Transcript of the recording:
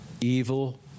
evil